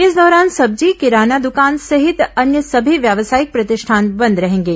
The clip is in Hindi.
इस दौरान सब्जी किराना दुकान सहित अन्य सभी व्यावसायिक प्रतिष्ठान बंद रहेंगे